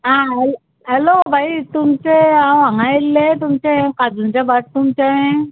आं हॅल हॅलो भाई तुमचे हांव हांगा येयल्लें तुमचे काजुंचें भाट तुमचें